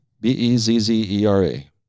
B-E-Z-Z-E-R-A